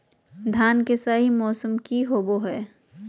धान के सही मौसम की होवय हैय?